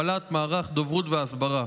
הפעלת מערך דוברות והסברה.